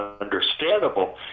understandable